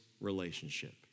relationship